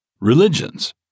religions